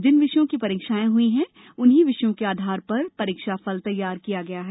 जिन विषयों की परीक्षाएं हुई उन्हीं विषयों के आधार पर परीक्षाफल तैयार किया गया है